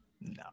No